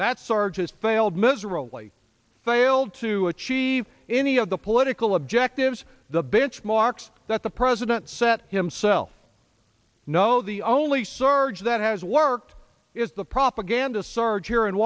that's arches failed miserably failed to achieve any of the political objectives the benchmarks that the president set himself no the only surge that has worked is the propaganda surge here in